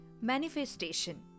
Manifestation